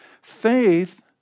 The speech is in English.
Faith